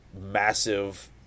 massive